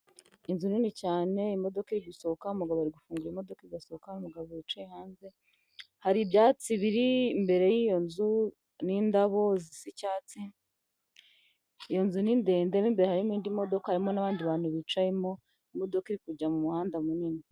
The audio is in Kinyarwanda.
Inzu nini cyane, imodoka iri gusohoka, umugabo ari gufungura imodoka igasohoka, umugabo wicaye hanze, hari ibyatsi biri imbere y'iyo nzu n'indabo zisa icyatsi, iyo nzu ni ndende mo imbere harimo indi modoka nabandi bantu bicayemo, imodoka iri kujya mu muhanda munini.